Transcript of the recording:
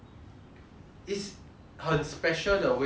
is 很 special 的 way of cooking